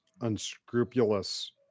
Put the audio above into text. unscrupulous